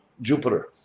Jupiter